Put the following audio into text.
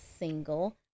single